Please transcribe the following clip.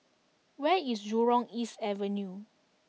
where is Jurong East Avenue